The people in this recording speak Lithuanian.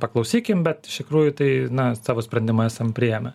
paklausykim bet iš tikrųjų tai na savo sprendimą esam priėmę